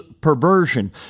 perversion